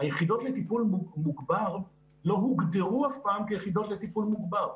היחידות לטיפול מוגבר לא הוגדרו אף פעם כיחידות לטיפול מוגבר.